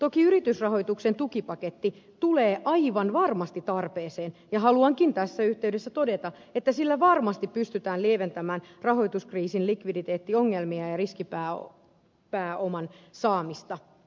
toki yritysrahoituksen tukipaketti tulee aivan varmasti tarpeeseen ja haluankin tässä yhteydessä todeta että sillä varmasti pystytään lieventämään rahoituskriisin likviditeettiongelmia ja riskipääoman saamista